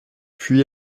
puis